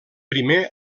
primer